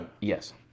Yes